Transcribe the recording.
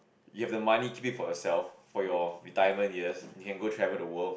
you have the money keep it for yourself for your retirement yes you can go travel the world